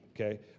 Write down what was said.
Okay